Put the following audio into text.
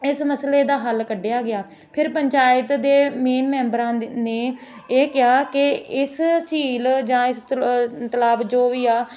ਇਸ ਮਸਲੇ ਦਾ ਹੱਲ ਕੱਢਿਆ ਗਿਆ ਫਿਰ ਪੰਚਾਇਤ ਦੇ ਮੇਨ ਮੈਂਬਰਾਂ ਦੇ ਨੇ ਇਹ ਕਿਹਾ ਕਿ ਇਸ ਝੀਲ ਜਾਂ ਇਸ ਤਲਾ ਤਲਾਬ ਜੋ ਵੀ ਆ